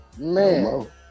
Man